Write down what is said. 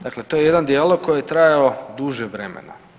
Dakle, to je jedan dijalog koji je trajao duže vremena.